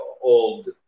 old